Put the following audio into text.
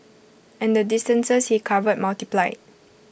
and the distances he covered multiplied